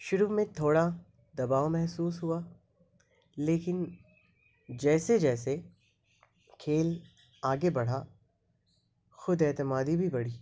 شروع میں تھوڑا دباؤ محسوس ہوا لیکن جیسے جیسے کھیل آگے بڑھا خود اعتمادی بھی بڑھی